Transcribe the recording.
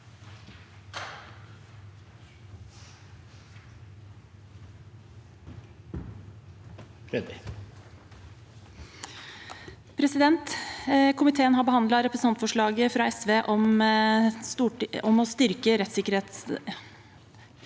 sa- ken): Komiteen har behandlet representantforslaget fra SV om å styrke rettssikkerheten.